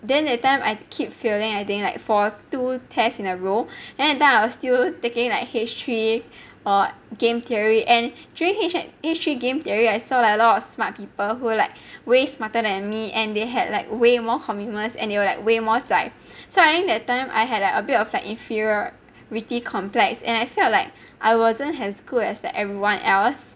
then that time I keep failing I think like for two test in a row then that time I was still taking like H three game theory and during H and H three game theory [right] I saw like a lot of smart people who are like way smarter than me and they had like way more commitments and they were like way more zai so I think that time I had like a bit of like inferiority complex and I felt like I wasn't as good as the everyone else